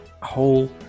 whole